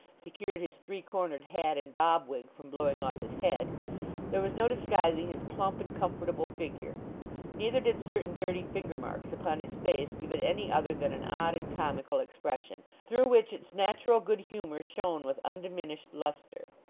secured his three-cornered hat and bob-wig from blowing off his head there was no disguising his plump and comfortable figure neither did certain dirty finger-marks upon his face give it any other than an odd and comical expression, through which its natural good humour shone with undiminished lustre.